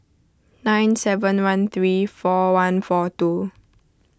nine seven one three four one four two